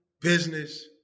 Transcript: business